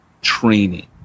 training